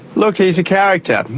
look, he's a character,